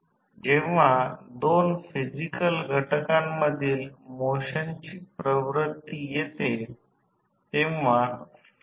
आता या प्रकरणात रेट केलेल्या 5 ते 8 टक्के लोकांना त्या पूर्ण भार विद्युत प्रवाहास अनुमती देणे आवश्यक आहे